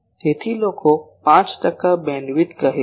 તેથી લોકો 5 ટકા બેન્ડવિડ્થ કહે છે